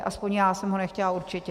Aspoň já jsem ho nechtěla určitě.